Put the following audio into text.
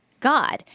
God